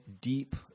deep